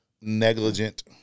negligent